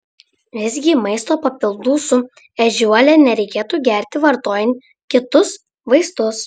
visgi maisto papildų su ežiuole nereikėtų gerti vartojant kitus vaistus